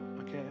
okay